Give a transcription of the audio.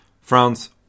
France